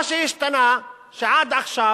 מה שהשתנה, שעד עכשיו